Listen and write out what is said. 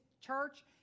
church